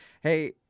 Hey